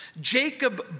Jacob